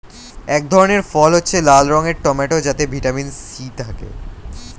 এক ধরনের ফল হচ্ছে লাল রঙের টমেটো যাতে ভিটামিন সি থাকে